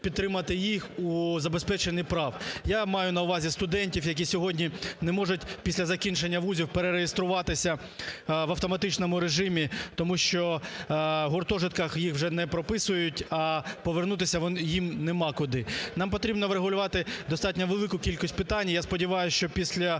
підтримати їх у забезпеченні прав. Я маю на увазі студентів, які сьогодні не можуть після закінчення вузів перереєструватися в автоматичному режимі, тому що в гуртожитках їх вже не прописують, а повернутися їм нема куди. Нам потрібно врегулювати достатньо велику кількість питань, і я сподіваюся, що після